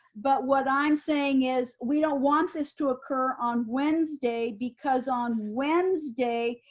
but what i'm saying is, we don't want this to occur on wednesday because on wednesday,